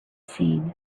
seen